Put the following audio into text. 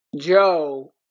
Joe